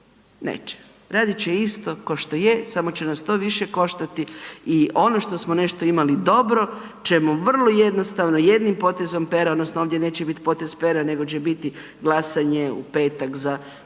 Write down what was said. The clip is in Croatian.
Neće, radit će isto kao što je samo će nas to više koštati. I ono što smo nešto imali dobro ćemo vrlo jednostavno jednim potezom pera, odnosno ovdje neće biti potez pera nego će biti glasanje u petak za desetak